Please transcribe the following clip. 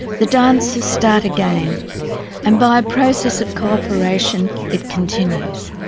the dancers start again and by a process of co-operation it continues.